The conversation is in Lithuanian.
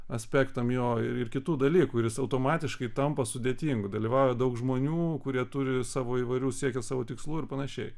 aspektams jo ir kitų dalykų ir jis automatiškai tampa sudėtingu dalyvauja daug žmonių kurie turi savo įvairių siekių savo tikslų ir panašiai